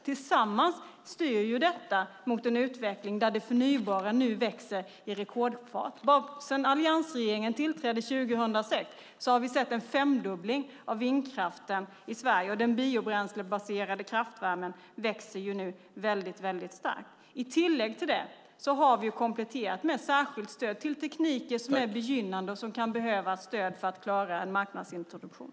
Tillsammans styr detta mot en utveckling där det förnybara nu växer i rekordfart. Sedan alliansregeringen tillträdde 2006 har vi sett en femdubbling av vindkraften i Sverige, och den biobränslebaserade kraftvärmen växer väldigt starkt. I tillägg till det har vi kompletterat med särskilt stöd till tekniker som är begynnande och som kan behöva stöd för att klara en marknadsintroduktion.